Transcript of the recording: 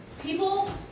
people